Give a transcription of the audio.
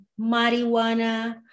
marijuana